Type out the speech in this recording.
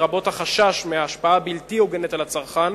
לרבות החשש מהשפעה בלתי הוגנת על הצרכן,